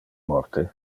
morte